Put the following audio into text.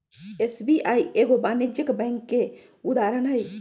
SBI एगो वाणिज्यिक bank के उदाहरण हइ